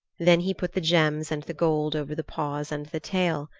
then he put the gems and the gold over the paws and the tail.